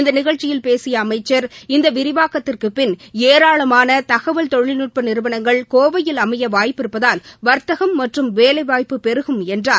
இந்த நிகழ்ச்சியில் பேசிய அமைச்சர் இந்த விரிவாக்கத்திற்குபின் ஏராளமான தகவல் தொழில்நுட்ப நிறுவனங்கள் கோவையில் அமைய வாய்ப்பிருப்பதால் வர்த்தகம் மற்றும் வேலைவாய்ப்பு பெருகும் என்றார்